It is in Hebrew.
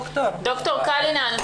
פה